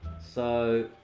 so.